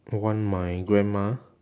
want my grandma